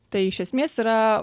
tai iš esmės yra